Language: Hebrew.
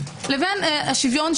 לבין השוויון,